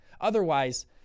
Otherwise